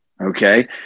Okay